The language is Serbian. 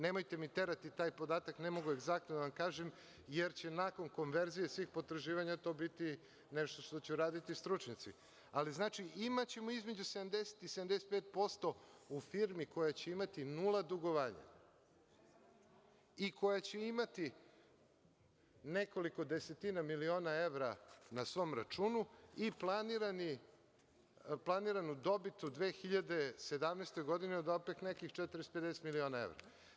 Nemojte mi terati taj podatak ne mogu egzaktno da vam kažem, jer će nakon konverzije svih potraživanja to biti nešto što će uraditi stručnjaci, ali, imaćemo između 70% i 75% u firmi koja će imati nula dugovanja i koja će imati nekoliko desetina miliona evra na svom računu i planiranu dobit u 2017. godini od, opet nekih 40 ili 50 miliona evra.